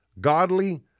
godly